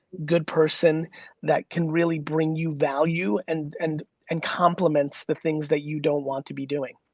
good person that can really bring you value and and and compliments the things that you don't want to be doing.